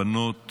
הבנות,